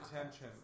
attention